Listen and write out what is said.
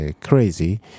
crazy